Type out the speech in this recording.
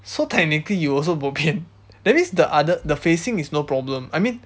so technically you also bopian that means the other the facing is no problem I mean